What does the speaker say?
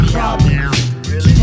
Problems